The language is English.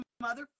mother